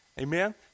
Amen